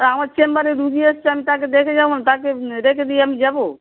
তা আমার চেম্বারে রুগি এসছে আমি তাকে দেখে যাব তাকে রেখে দিয়ে আমি যাবো